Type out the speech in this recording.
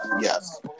yes